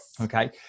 Okay